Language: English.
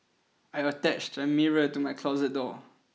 I attached a mirror to my closet door